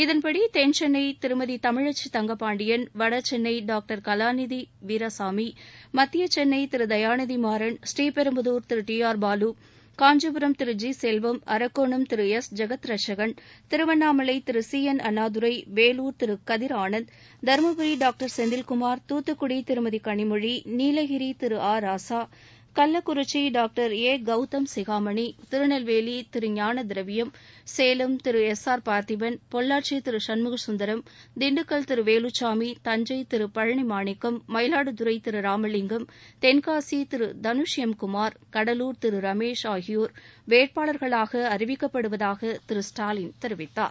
இதன்படி தென்சென்னை திருமதி தமிழக்சி தங்கபாண்டியன் வடசென்னை மத்திய Chennai Thiru Dayanidhi Maran Sriperumbudur Thiru T R Baalu Kancheepuram Thiru G Selvam Arakkonam Thiru S Jagath Ratchagan Tiruvannamalai Thiru C N Annadurai Vellore Thiru Kathir Anand Dharmapuri Thoothukudi Thirumathi Kanimozhi Nilgiris Thiru A Raja Kallakurichi doctor A Gautham Sigamani Tirunelveli Thiru Gnana Thiraviyam Salem Thiru S R Parthiban Pollachi Thiru Shanmuga Sundaram Dindigul Thiru Veluchamy Thanjai Thiru Palani Manickam Mayiladuthurai Thiru Ramalingam Tenkasi Thiru Dhanush M Kumar Thiru Ramesh ஆகியோர் வேட்பாளர்களாக அறிவிக்கப்படுவதாக திரு ஸ்டாலின் கடலூர் தெரிவித்தார்